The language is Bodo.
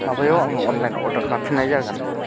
माबायाव आङो अनलाइन अर्डार खालामफिनाय जागोन